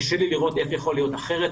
קשה לי לראות איך יכול להיות אחרת,